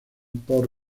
por